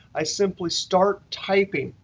i simply start typing.